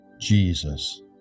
Jesus